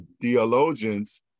theologians